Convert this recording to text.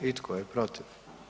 I tko je protiv?